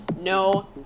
no